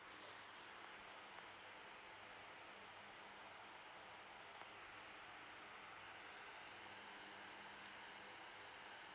the